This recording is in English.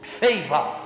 favor